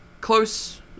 close